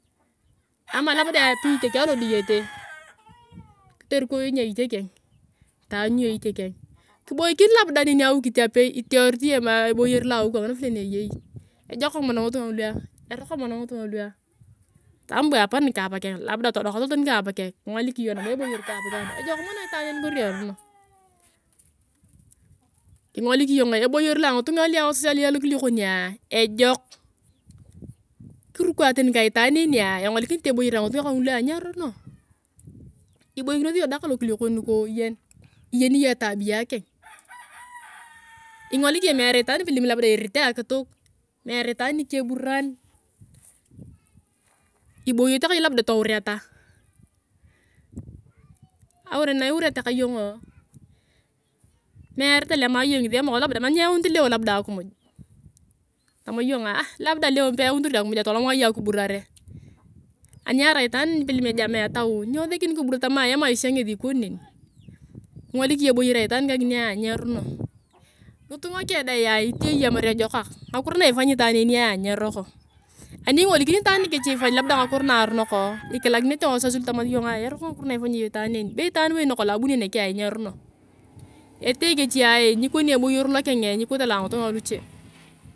Ama labda eyapii itieke alodiyete kitoriko iyong nia itiekeng taany iyong itiekeng kiboikin labda neni awikit apei iteorit iyong eboyer loa awi kangina vile ni eyei ejokak nono ngituna lukua eroko mono ngitunga lua tama bwa apana nika apakeng labda todoka toloto nika apakeng kingolik iyong nabo eboyer ka apakeng deng ejok mono itaaro en kori erono kingolik iyong eboyor lua angitunga a lua wasasi a lokiliokoni ejok kirukaang tani ka itaan enia engolikinit a yong eboyer angitunga kangulua nyeruno iboikinosi iyong etang ka lokiliokoa nikoyen iyeni iyong etabiya keng ingolik iyong meerete itaan labda ni irit akituk mere itaan nikeburan iboyete ka iyong labda toureta aurere naureta ka iyong’oo mere tolema iyong ngesi emokos labda nyeyaunit leo labda akimuj tama iyongaa labda leo pe eyauntor akimujea toloma iyong akiburare anierai itaan nipalem jama etau niwesekini kibura tamaa emaisha ngesi ikoni neni kingolik iyong eboyer aitaan kanginia nyeruno ngitunga keng olea itee iyong atamar ejokak ngakiro na ipanyi itaan enia nyeroko ani ingoliki itaaan nikech ipanyi labda ngakiro na ipanyea iyong itaan en be itaan bo en nakolong abunio nekea nyeruno kite kechia nikoni eboyer lokeng nyikote loa angitung a luche.